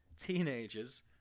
teenagers